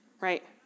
right